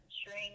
string